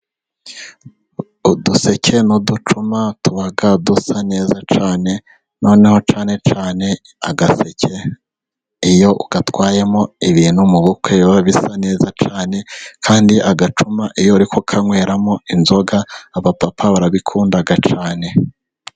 Uduseke n'uducuma tuba dusa neza cyane noneho cyane cyane agaseke iyo gatwawemo ibintu mu bukwe biba bisa neza cyane. Kandi agacuma iyo barikukanyweramo inzoga abapapa barabikunda cyane.